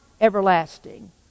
everlasting